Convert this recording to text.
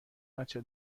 بچه